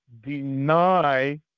deny